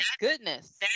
goodness